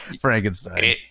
Frankenstein